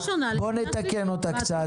בוא נתקן אותה קצת,